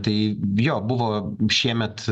tai jo buvo šiemet